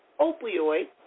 opioid